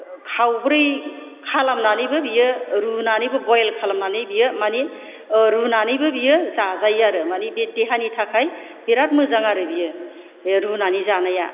खावब्रै खालामनानैबो बेयो रुनानैबो बयल खालामनानै बेयो माने रुनानैबो बेयो जाजायो आरो माने बे देहानि थाखाय बिराद मोजां आरो बेयो बे रुनानै जानाया